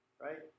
right